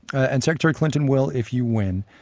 and secretary clinton will if you win,